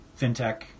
FinTech